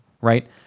right